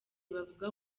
bavuga